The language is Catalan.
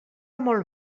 molt